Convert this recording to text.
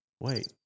Wait